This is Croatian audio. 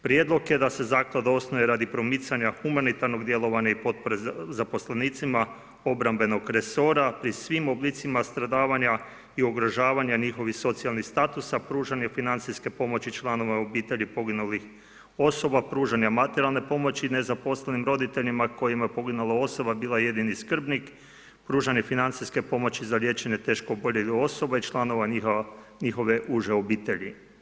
Prijedlog je da se zaklada osnuje radi promicanja humanitarnog djelovanja i potpore zaposlenicima obrambenog resora pri svim oblicima stradavanja i ugrožavanja njihovih socijalnih statusa, pružanje financijske pomoći članova obitelji poginulih osoba, pružanje materijalne pomoći nezaposlenim roditeljima kojima je poginula osoba bila jedini skrbnik, pružanje financijske pomoći za liječenje teško oboljelih osoba i članova njihove uže obitelji.